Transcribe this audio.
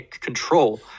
control